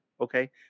Okay